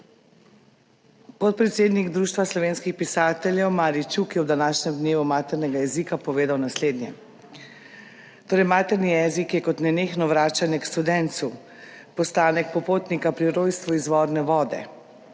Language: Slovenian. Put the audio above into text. Podpredsednik Društva slovenskih pisateljev, Marij Čuk, je ob današnjem dnevu maternega jezika povedal naslednje: »[Materni jezik] je kot nenehno vračanje k studencu, postanek popotnika pri rojstvu izvorne vode.